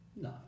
No